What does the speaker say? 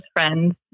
friends